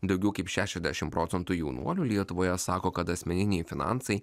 daugiau kaip šešiasdešimt procentų jaunuolių lietuvoje sako kad asmeniniai finansai